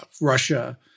Russia